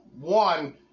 One